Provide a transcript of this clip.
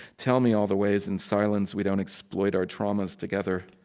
tell me all the ways in silence we don't exploit our traumas together.